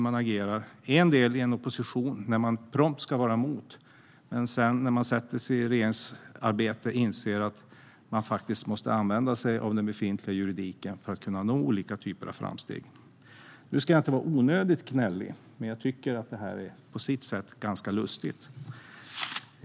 Man agerar på ett sätt i opposition och ska prompt vara emot, men när man sätter sig i regeringsarbete inser man att man måste använda sig av den befintliga juridiken för att kunna nå olika typer av framsteg. Nu ska jag inte vara onödigt gnällig, men jag tycker att det här är ganska lustigt.